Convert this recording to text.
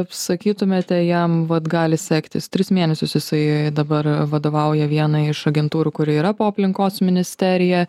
sakytumėte jam vat gali sektis tris mėnesius jisai dabar vadovauja vienai iš agentūrų kuri yra po aplinkos ministerija